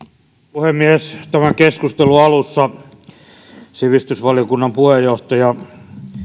puhemies tämän keskustelun alussa sivistysvaliokunnan puheenjohtaja